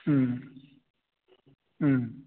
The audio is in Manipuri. ꯎꯝ ꯎꯝ